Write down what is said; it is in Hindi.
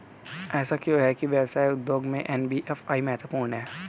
ऐसा क्यों है कि व्यवसाय उद्योग में एन.बी.एफ.आई महत्वपूर्ण है?